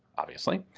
obviously.